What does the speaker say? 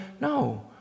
No